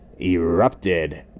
erupted